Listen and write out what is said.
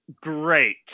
great